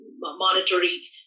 monetary